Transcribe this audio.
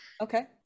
Okay